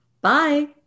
Bye